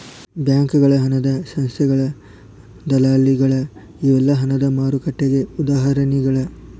ಬ್ಯಾಂಕಗಳ ಹಣದ ಸಂಸ್ಥೆಗಳ ದಲ್ಲಾಳಿಗಳ ಇವೆಲ್ಲಾ ಹಣದ ಮಾರುಕಟ್ಟೆಗೆ ಉದಾಹರಣಿಗಳ